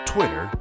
Twitter